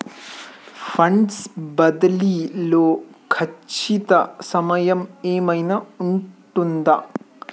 Funds బదిలీ లో ఖచ్చిత సమయం ఏమైనా ఉంటుందా?